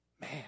Man